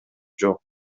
жок